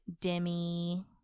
Demi